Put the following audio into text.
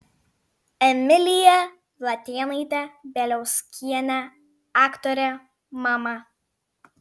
emilija latėnaitė bieliauskienė aktorė mama